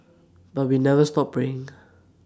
but we never stop praying